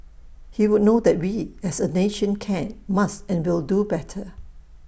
he would know that we as A nation can must and will do better